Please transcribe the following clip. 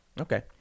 Okay